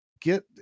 get